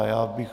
Já bych...